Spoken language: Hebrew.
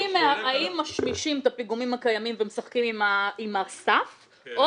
האם משמישים את הפיגומים הקיימים ומשחקים עם הסף או